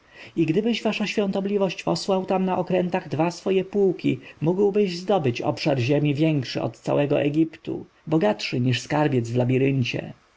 i gdybyś wasza świątobliwość posłał tam na okrętach dwa swoje pułki mógłbyś zdobyć obszar ziemi większy od całego egiptu bogatszy niż skarbiec w labiryncie